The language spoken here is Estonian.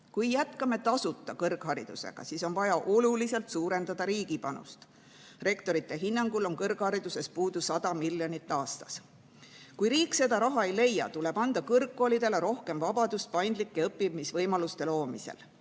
Kui jätkame tasuta kõrgharidusega, siis on vaja oluliselt suurendada riigi panust. Rektorite hinnangul on kõrghariduses puudu 100 miljonit aastas. Kui riik seda raha ei leia, tuleb anda kõrgkoolidele rohkem vabadust paindlike õppimisvõimaluste loomisel,